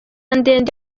ndende